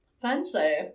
Fancy